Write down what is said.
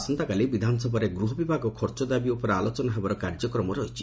ଆସନ୍ତାକାଲି ବିଧାନସଭାରେ ଗୃହବିଭାଗ ଖର୍ଚ୍ଚ ଦାବି ଉପରେ ଆଲୋଚନା ହେବାର କାର୍ଯ୍ୟକ୍ରମ ରହିଛି